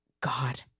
God